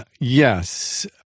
yes